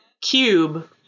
cube